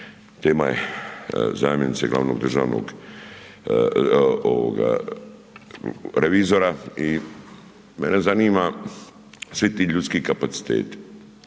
tema je zamjenice glavnog državnog revizora i mene zanima svi ti ljudski kapaciteti.